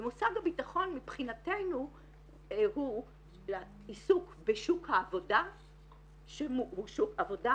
ומושג הביטחון מבחינתנו הוא עיסוק בשוק העבודה שהוא שוק עבודה